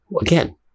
again